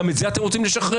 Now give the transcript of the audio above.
גם את זה אתם רוצים לשחרר?